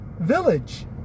village